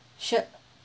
sure